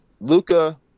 Luca